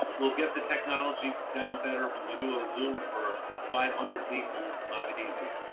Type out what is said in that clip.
we'll get the technology down better. when you do a zoom for five hundred people, it's not easy.